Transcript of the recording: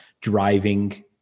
driving